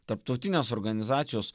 tarptautinės organizacijos